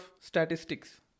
Statistics